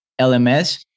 LMS